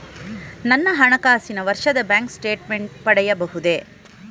ನನ್ನ ಹಣಕಾಸಿನ ವರ್ಷದ ಬ್ಯಾಂಕ್ ಸ್ಟೇಟ್ಮೆಂಟ್ ಪಡೆಯಬಹುದೇ?